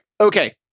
Okay